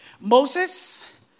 Moses